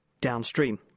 downstream